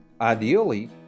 ideally